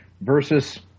versus